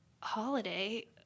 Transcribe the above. Holiday